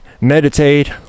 meditate